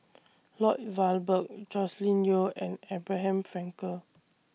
Lloyd Valberg Joscelin Yeo and Abraham Frankel